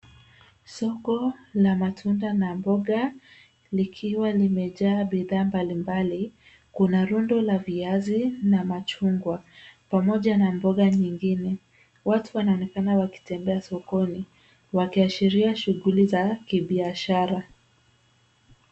Soko la matunda na mboga likiwa limejaa bidhaa mbalimbali. Kuna rundo la viazi na machungwa pamoja na mboga nyingine. Watu wanaonekana wakitembea sokoni wakiashiria shughuli za kibiashara.